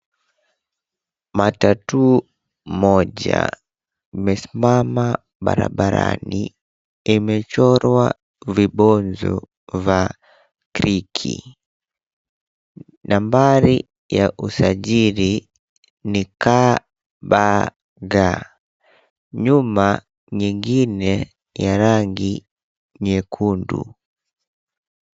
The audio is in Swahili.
Matatu moja imesimama barabarani imechorwa vibonzo vya CREEK, nambari ya usajili ni KBD, nyuma nyingine ya rangi nyekundu.